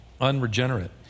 unregenerate